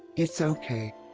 it's okay.